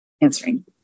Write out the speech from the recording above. answering